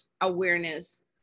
awareness